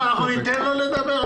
אנחנו ניתן לו לדבר.